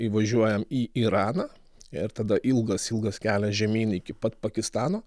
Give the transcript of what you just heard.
įvažiuojam į iraną ir tada ilgas ilgas kelias žemyn iki pat pakistano